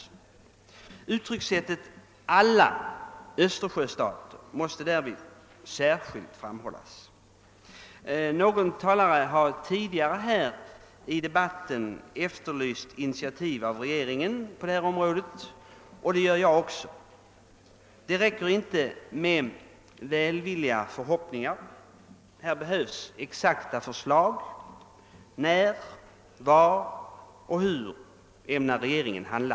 Uttryckssättet alla östersjöstater måste därvid särskilt framhållas. En tidigare talare har i denna debatt efterlyst initiativ av regeringen på detta område, och det gör jag också. Det räcker inte med förhoppningar. Här behövs exakta förslag. När, var och hur ämnar regeringen handla?